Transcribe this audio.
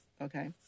Okay